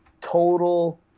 Total